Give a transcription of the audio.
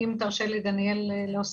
אם תרשה לי להוסיף,